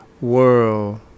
world